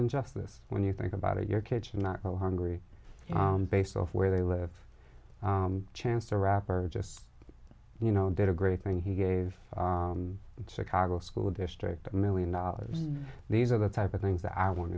injustice when you think about it your kids are not hungry based off where they live chance to rap or just you know did a great thing he gave chicago school district a million dollars these are the type of things that i want